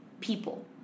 people